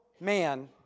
man